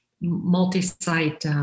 multi-site